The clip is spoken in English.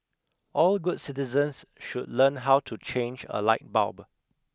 all good citizens should learn how to change a light bulb